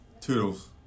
Toodles